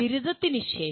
ബിരുദത്തിനുശേഷം